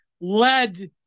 led